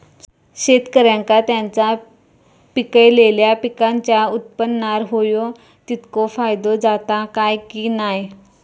शेतकऱ्यांका त्यांचा पिकयलेल्या पीकांच्या उत्पन्नार होयो तितको फायदो जाता काय की नाय?